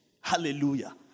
Hallelujah